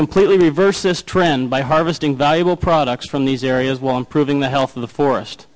completely reverse this trend by harvesting valuable products from these areas along proving the health of the forest